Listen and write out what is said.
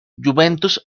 juventus